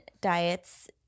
diets